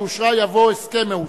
שאושרה" יבוא "הסכם שאושר",